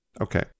Okay